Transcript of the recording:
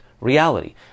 reality